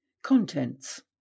Contents